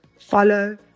follow